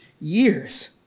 years